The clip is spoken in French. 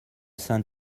saint